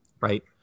right